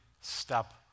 step